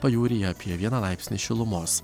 pajūryje apie vieną laipsnį šilumos